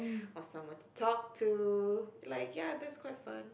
want someone to talk to like ya that's quite fun